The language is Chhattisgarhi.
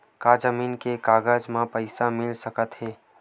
का जमीन के कागज म पईसा मिल सकत हे?